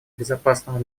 безопасного